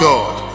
God